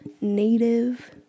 native